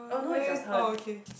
uh eh oh okay